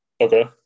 Okay